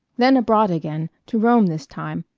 then abroad again to rome this time,